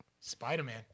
Spider-Man